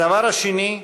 הדבר השני: